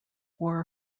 were